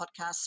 Podcasts